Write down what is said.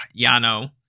Yano